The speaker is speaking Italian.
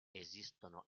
esistono